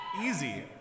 easy